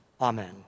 Amen